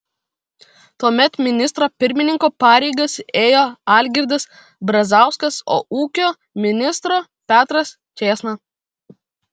tuomet ministro pirmininko pareigas ėjo algirdas brazauskas o ūkio ministro petras čėsna